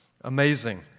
Amazing